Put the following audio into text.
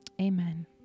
Amen